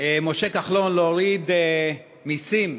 משה כחלון להוריד מסים,